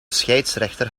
scheidsrechter